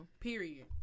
Period